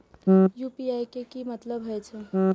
UPI के की मतलब हे छे?